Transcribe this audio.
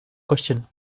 question